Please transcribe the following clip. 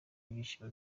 ibyishimo